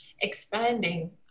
expanding